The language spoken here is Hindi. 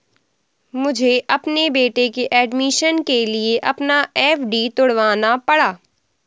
मुझे अपने बेटे के एडमिशन के लिए अपना एफ.डी तुड़वाना पड़ा